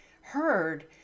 heard